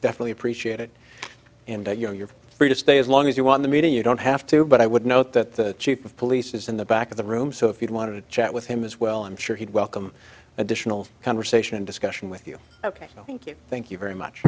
definitely appreciate it and you know you're free to stay as long as you want the meeting you don't have to but i would note that the chief of police is in the back of the room so if you want to chat with him as well i'm sure he'd welcome additional conversation and discussion with you ok thank you thank you very much